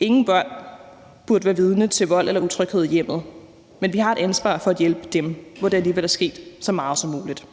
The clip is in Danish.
Ingen børn burde være vidne til vold eller utryghed i hjemmet, men vi har et ansvar for at hjælpe dem, som det alligevel er sket for, så meget som muligt.